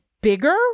bigger